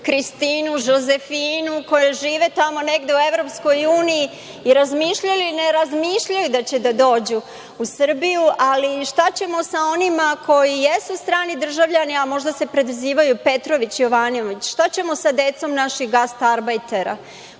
Kristinu, Žozefinu, koje žive tamo negde u EU i ne razmišljaju da dođu u Srbiju, ali šta ćemo sa onima koji jesu strani državljani a možda se prezivaju Petrović, Jovanović, šta ćemo sa decom naših gastarbajtera